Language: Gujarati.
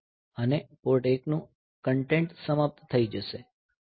અને પોર્ટ 1 નું કન્ટેન્ટ સમાપ્ત થઈ જશે